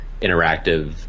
interactive